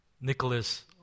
Nicholas